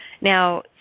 Now